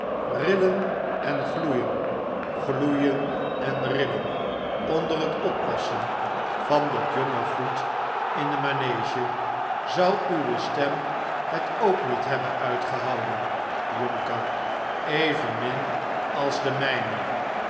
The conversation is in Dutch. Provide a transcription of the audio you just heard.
rillen en gloeien gloeien en rillen onder bet oppassen van dat jonge goed in de manege zou u w e stem het ook niet hebben uitgehouden jonker evenmin als de mijne